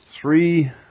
three